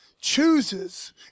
chooses